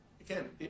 Again